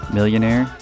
Millionaire